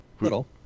Little